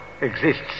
exists